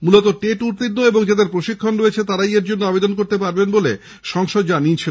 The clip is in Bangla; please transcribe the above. মূলত টেট উত্তীর্ণ এবং যাদের প্রশিক্ষণ রয়েছে তারাই এর জন্য আবেদন করতে পারবেন বলে সংসদ জানিয়েছিল